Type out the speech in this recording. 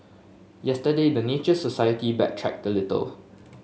yesterday the Nature Society backtracked a little